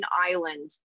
island